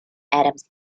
adams